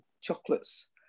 chocolates